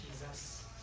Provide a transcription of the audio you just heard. Jesus